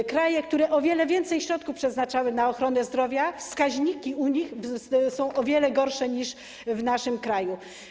W krajach, które o wiele więcej środków przeznaczały na ochronę zdrowia, wskaźniki są o wiele gorsze niż w naszym kraju.